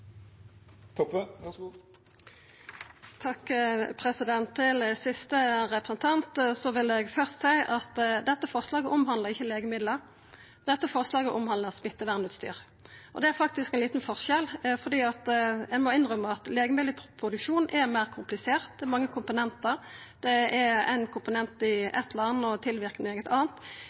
Til siste representant vil eg først seia at dette forslaget ikkje omhandlar legemiddel. Dette forslaget omhandlar smittevernutstyr, og det er faktisk ein liten forskjell. Eg må innrømma at legemiddelproduksjon er meir komplisert. Det er mange komponentar. Det er ein komponent i eitt land og tilverking i eit anna.